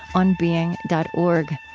onbeing dot org.